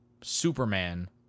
Superman